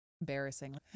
embarrassing